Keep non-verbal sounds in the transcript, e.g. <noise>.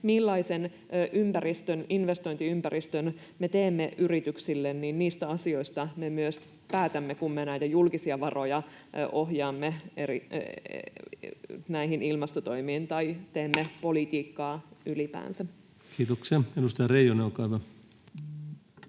millaisen investointiympäristön me teemme yrityksille, me päätämme, kun me näitä julkisia varoja ohjaamme ilmastotoimiin <noise> tai teemme politiikkaa ylipäänsä. Kiitoksia. — Edustaja Reijonen, olkaa